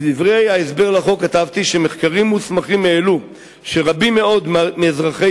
בדברי ההסבר לחוק כתבתי ש"מחקרים מוסמכים העלו שרבים מאוד מאזרחי